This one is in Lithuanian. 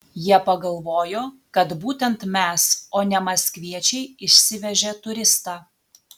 jie pagalvojo kad būtent mes o ne maskviečiai išsivežė turistą